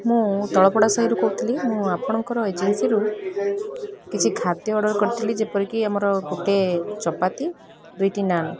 ମୁଁ ତଳପଡ଼ା ସାହିରୁ କହୁଥିଲି ମୁଁ ଆପଣଙ୍କର ଏଜେନ୍ସିରୁ କିଛି ଖାଦ୍ୟ ଅର୍ଡ଼ର୍ କରିଥିଲି ଯେପରିକି ଆମର ଗୋଟେ ଚପାତି ଦୁଇଟି ନାନ୍